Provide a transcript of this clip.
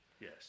yes